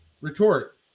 Retort